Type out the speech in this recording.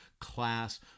class